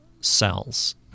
cells